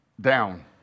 down